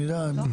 אני יודע.